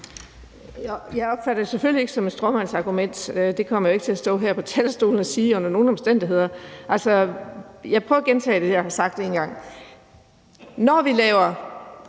Jeg opfatter det selvfølgelig ikke som et stråmandsargument. Det kommer jeg ikke til at stå her på talerstolen og sige under nogen omstændigheder. Jeg prøver at gentage det, jeg har sagt en gang. Når vi laver